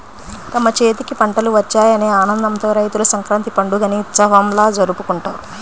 తమ చేతికి పంటలు వచ్చాయనే ఆనందంతో రైతులు సంక్రాంతి పండుగని ఉత్సవంలా జరుపుకుంటారు